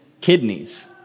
kidneys